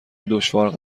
دشوار